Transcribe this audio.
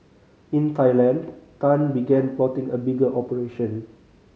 in Thailand Tan began plotting a bigger operation